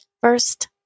First